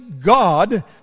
God